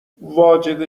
واجد